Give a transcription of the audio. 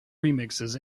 remixes